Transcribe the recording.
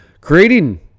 Creating